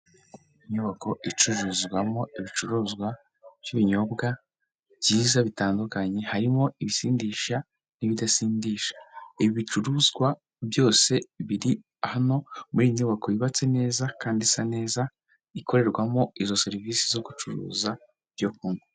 Inyubako icururizwamo ibicuruzwa by'ibinyobwa byiza bitandukanye, harimo ibisindisha n'ibidasindisha, ibi bicuruzwa byose, biri hano muri iyi nyubako yubatse neza kandi isa neza, ikorerwamo izo serivisi zo gucuruza ibyo kunywa.